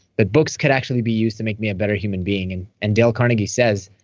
but books could actually be used to make me a better human being. and and dale carnegie says,